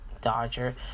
dodger